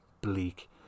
bleak